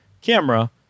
camera